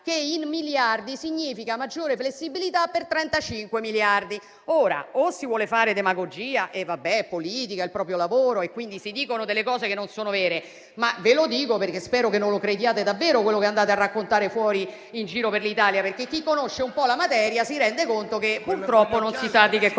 In miliardi, significa maggiore flessibilità per 35 miliardi. Forse si vuole fare demagogia. È politica, è il proprio lavoro e quindi si dicono delle cose che non sono vere. Ma io vi dico questo perché spero che non crediate davvero a quello che andate a raccontare in giro per l'Italia. Chi conosce un po' la materia si rende conto che, purtroppo, non si sa di che cosa